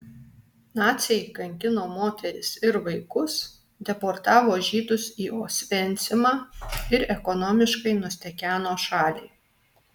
naciai kankino moteris ir vaikus deportavo žydus į osvencimą ir ekonomiškai nustekeno šalį